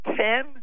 ten